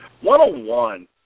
one-on-one